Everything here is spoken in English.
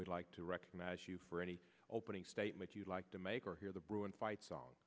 we'd like to recognize you for any opening statements you'd like to make or hear the brewing fight song